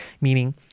meaning